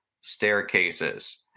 staircases